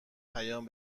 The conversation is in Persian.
پیام